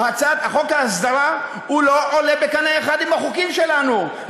או הצעת חוק ההסדרה לא עולה בקנה אחד עם החוקים שלנו.